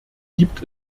gibt